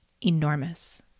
enormous